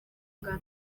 gato